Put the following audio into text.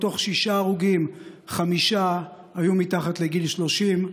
מתוך שישה הרוגים חמישה היו מתחת לגיל 30,